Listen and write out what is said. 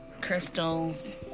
crystals